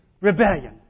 rebellion